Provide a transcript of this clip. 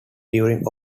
during